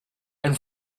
and